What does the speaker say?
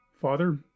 father